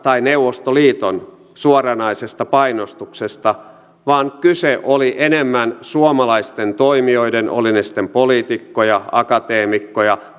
tai neuvostoliiton suoranaisesta painostuksesta vaan kyse oli enemmän suomalaisten toimijoiden olivat ne sitten poliitikkoja akateemikkoja